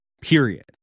period